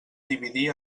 dividir